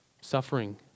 suffering